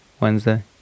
Wednesday